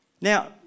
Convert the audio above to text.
Now